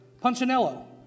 Punchinello